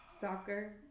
Soccer